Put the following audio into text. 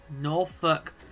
Norfolk